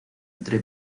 entre